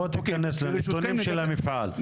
בוא תיכנס לנתונים של המפעל,